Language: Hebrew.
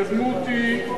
אם היא קיימת, היא מזערית.